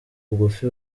bugufi